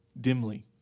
dimly